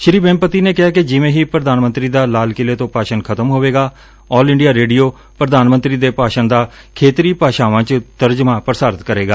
ਸ੍ਰੀ ਵੇਮਪਤੀ ਨੇ ਕਿਹਾ ਕਿ ਜਿਵੇ ਹੀ ਪ੍ਰਧਾਨ ਮੰਤਰੀ ਦਾ ਲਾਲ ਕਿਲੇ ਤੋ ਭਾਸ਼ਣ ਖਤਮ ਹੋਵੇਗਾ ਆਲ ਇੰਡੀਆ ਰੇਡੀਓ ਪ੍ਰਧਾਨ ਮੰਤਰੀ ਦੇ ਭਾਸ਼ਣ ਦਾ ਖੇਤਰੀ ਭਾਸ਼ਾਵਾਂ ਚ ਤਰਜਮਾ ਪ੍ਰਸਾਰਿਤ ਕਰੇਗਾ